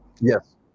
Yes